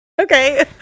okay